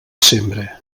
sembre